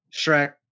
Shrek